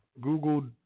Google